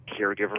caregiver